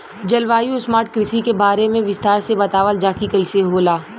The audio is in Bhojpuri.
जलवायु स्मार्ट कृषि के बारे में विस्तार से बतावल जाकि कइसे होला?